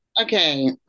Okay